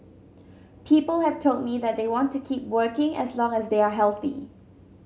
people have told me that they want to keep working as long as they are healthy